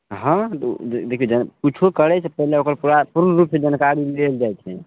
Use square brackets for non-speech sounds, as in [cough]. हँ त उ देखबय [unintelligible] कुछो करय से पहिले ओकर पूरा पूर्ण रूपसँ जानकारी लेल जाइ छै